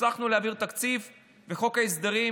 הצלחנו להעביר תקציב וחוק הסדרים